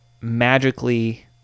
magically